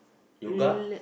yoga